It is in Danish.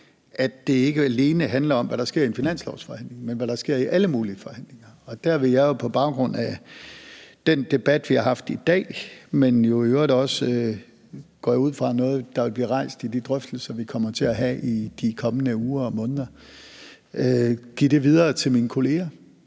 det ikke alene handler om, hvad der sker i en finanslovsforhandling, men også hvad der sker i alle mulige andre forhandlinger, og der vil jeg på baggrund af den debat, vi har haft i dag, men jeg går i øvrigt også ud fra, at det er noget, der vil blive rejst i de drøftelser, vi kommer til at have i de kommende uger og måneder, give det videre til min kolleger